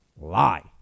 lie